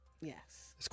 Yes